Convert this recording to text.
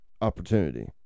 opportunity